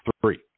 Three